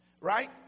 Right